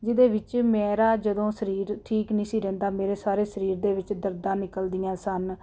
ਜਿਹਦੇ ਵਿੱਚ ਮੇਰਾ ਜਦੋਂ ਸਰੀਰ ਠੀਕ ਨਹੀਂ ਸੀ ਰਹਿੰਦਾ ਮੇਰੇ ਸਾਰੇ ਸਰੀਰ ਦੇ ਵਿੱਚ ਦਰਦਾਂ ਨਿਕਲਦੀਆਂ ਸਨ